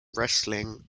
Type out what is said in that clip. wrestling